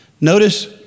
Notice